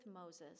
Moses